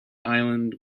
island